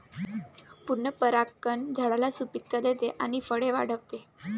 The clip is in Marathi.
पूर्ण परागकण झाडाला सुपिकता देते आणि फळे वाढवते